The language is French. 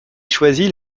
choisit